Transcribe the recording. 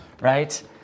right